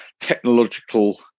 technological